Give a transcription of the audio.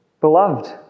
Beloved